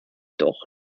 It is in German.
doch